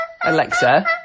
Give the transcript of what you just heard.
Alexa